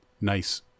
Nice